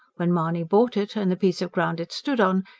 when mahony bought it, and the piece of ground it stood on,